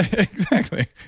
exactly.